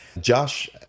Josh